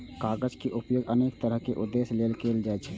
कागज के उपयोग अनेक तरहक उद्देश्य लेल कैल जाइ छै